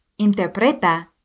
interpreta